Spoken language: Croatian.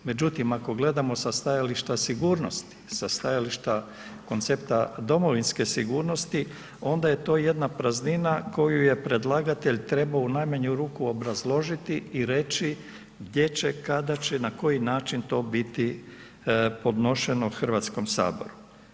Međutim, ako gledamo sa stajališta sigurnosti, sa stajališta koncepta domovinske sigurnosti onda je to jedna praznina koju je predlagatelj trebao u najmanju ruku obrazložiti i reći gdje će, kada će, na koji način to biti podnošeno Hrvatskom saboru.